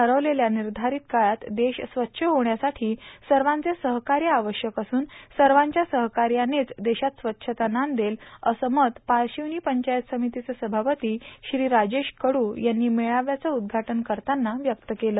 ठरवलेल्या निर्धारित काळात देश स्वच्छ होण्यासाठी सर्वाचे सहकार्य आवश्यक असून सर्वाच्या सहकार्यानेच देशात स्वच्छता नांदेल असं मत पारशिवनी पंचायत समितीचे सभापती श्री राजेश कडू यांनी मेळाव्याचं उद्घाटन करताना व्यक्त केलं